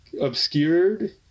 obscured